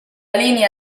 línia